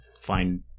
find